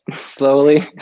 slowly